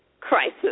crisis